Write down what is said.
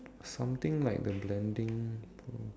something like the blending